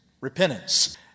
repentance